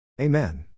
Amen